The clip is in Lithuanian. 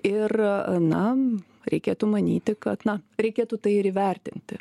ir na reikėtų manyti kad na reikėtų tai ir įvertinti